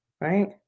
right